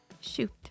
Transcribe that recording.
Shoot